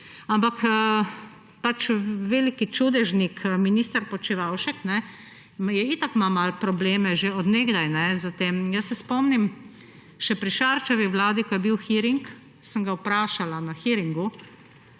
Ampak veliki čudežnik, minister Počivalšek, itak ima malo probleme s tem že od nekdaj. Jaz se spomnim, še pri Šarčevi vladi, ko je bil hearing, sem ga vprašala na hearingu,